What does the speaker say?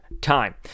Time